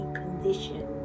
condition